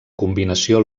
combinació